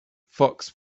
fox